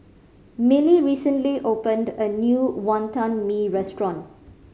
Milly recently opened a new Wonton Mee restaurant